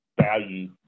value